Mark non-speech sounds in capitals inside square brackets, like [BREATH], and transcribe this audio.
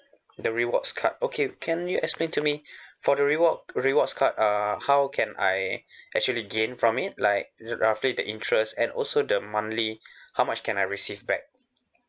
the rewards card okay can you explain to me [BREATH] for the reward rewards card uh how can I actually gain from it like roughly the interest and also the monthly [BREATH] how much can I receive back